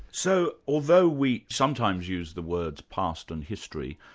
so although we sometimes use the words past and history,